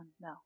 No